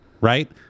right